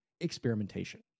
experimentation